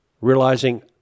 realizing